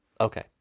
Okay